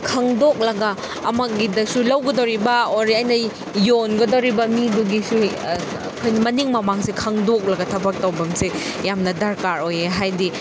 ꯈꯪꯗꯣꯛꯂꯒ ꯑꯃꯒꯤꯗꯁꯨ ꯂꯧꯒꯗꯣꯔꯤꯕ ꯑꯣꯔ ꯑꯩꯅ ꯌꯣꯟꯒꯗꯣꯔꯤꯕ ꯃꯤꯗꯨꯒꯤꯁꯨ ꯑꯩꯈꯣꯏ ꯃꯅꯤꯡ ꯃꯃꯥꯡꯁꯦ ꯈꯪꯗꯣꯛꯂꯒ ꯊꯕꯛ ꯇꯧꯕꯝꯁꯤ ꯌꯥꯝꯅ ꯗꯔꯀꯥꯔ ꯑꯣꯏꯌꯦ ꯍꯥꯏꯗꯤ